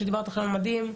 שדיברת עכשיו על מדים,